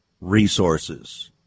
resources